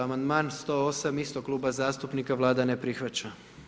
Amandman br. 108, istog kluba zastupnika, Vlada ne prihvaća.